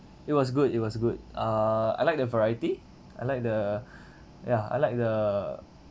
it was good it was good err I like the variety I like the ya I like the